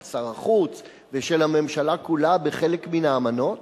של שר החוץ ושל הממשלה כולה בחלק מן האמנות,